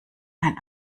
ein